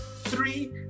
three